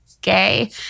Gay